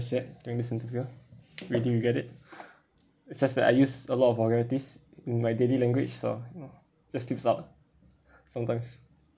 said during this interview get it it's just that I use a lot of vulgarities in my daily language so you know just slips out sometimes